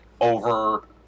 over